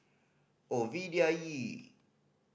Ovidia E